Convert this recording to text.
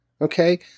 Okay